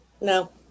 No